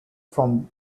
from